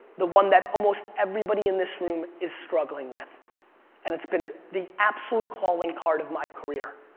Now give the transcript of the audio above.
the one that almost everybody in this room is struggling with and it's been the absolute calling card of my career